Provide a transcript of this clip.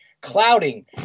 clouding